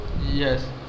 yes